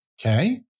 Okay